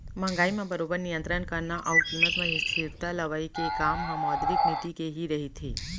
महंगाई म बरोबर नियंतरन करना अउ कीमत म स्थिरता लवई के काम ह मौद्रिक नीति के ही रहिथे